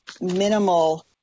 minimal